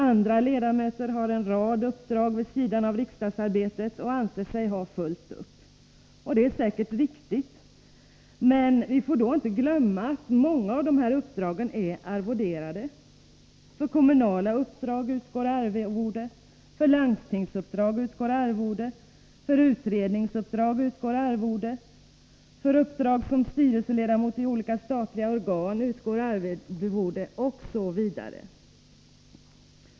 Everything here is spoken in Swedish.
Andra ledamöter har en rad uppdrag vid sidan av riksdagsarbetet och anser sig ha fullt upp. Det är säkert riktigt, men vi får då inte glömma att många av uppdragen är arvoderade. För kommunala uppdrag utgår arvode. För landstingsuppdrag utgår arvode. För utredningsuppdrag utgår arvode. För uppdrag som styrelseledamot i olika statliga organ utgår arvode osv.